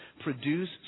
produce